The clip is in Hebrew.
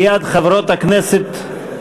ליד חברות הכנסת,